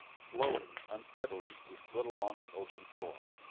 slowly, unsteadily, we slid along the ocean floor.